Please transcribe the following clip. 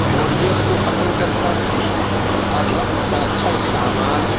بووریت کو ختم کرتا ہے اور وقت کا اچھا استعمال